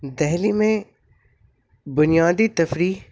دہلی میں بنیادی تفریح